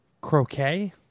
croquet